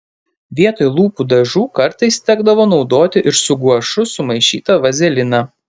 vietoj lūpų dažų kartais tekdavo naudoti ir su guašu sumaišytą vazeliną